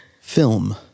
Film